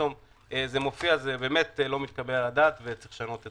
זה באמת לא מתקבל על הדעת וצריך לשנות את זה.